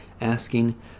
asking